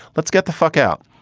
let's get the fuck out.